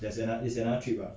there's another is another trip ah